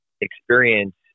experience